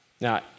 Now